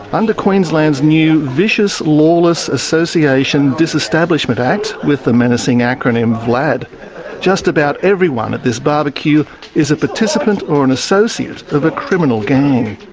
under queensland's new vicious lawless association disestablishment act with the menacing acronym vlad just about everyone at this barbecue is a participant or an associate of a criminal gang.